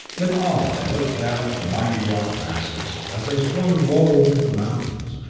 in awe they looked down at the mighty rock masses, as they swung low over the mountains,